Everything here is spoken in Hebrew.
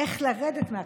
אין ערכים,